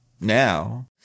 Now